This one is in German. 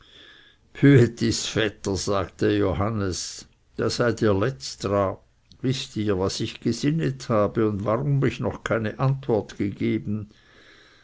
bhüetis vetter sagte johannes da seid ihr letz dra wißt ihr was ich gesinnet habe und warum noch keine antwort gegeben